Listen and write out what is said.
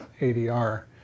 ADR